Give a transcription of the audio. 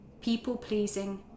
people-pleasing